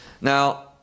Now